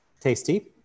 tasty